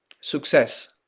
success